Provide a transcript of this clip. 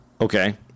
Okay